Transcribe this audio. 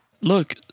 Look